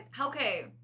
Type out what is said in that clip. Okay